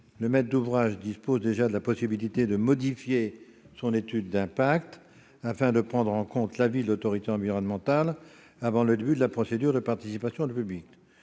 le maître d'ouvrage dispose déjà de la possibilité de modifier son étude d'impact afin de prendre en compte l'avis de l'autorité environnementale avant le début de la procédure de participation du public.